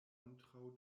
kontraŭ